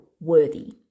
worthy